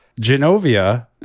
genovia